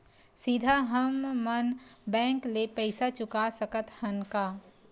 सीधा हम मन बैंक ले पईसा चुका सकत हन का?